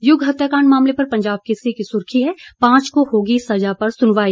युग हत्याकांड मामले पर पंजाब केसरी की सुर्खी है पांच को होगी सजा पर सुनवाई